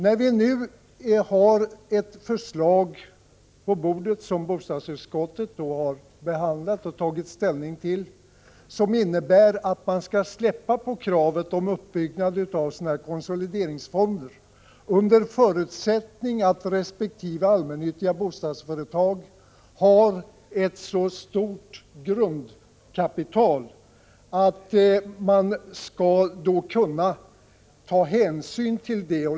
Nu föreligger ett förslag som bostadsutskottet har behandlat och tagit ställning till och som innebär att man skall kunna släppa på kravet om uppbyggnad av konsolideringsfonder under förutsättning att resp. allmännyttiga bostadsföretag har ett tillräckligt stort grundkapital — det skall man alltså kunna ta hänsyn till.